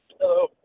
Hello